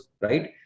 right